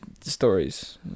stories